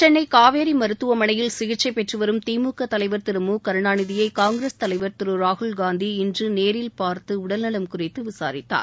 சென்னை காவேரி மருத்துவமனையில் சிகிச்சை பெற்றுவரும் திமுக தலைவர் திரு மு கருணாநிதியை காங்கிரஸ் தலைவர் திரு ராகுல் காந்தி இன்று நேரில் பார்த்து உடல்நலம் குறித்து விசாரித்தார்